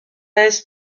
est